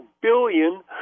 billion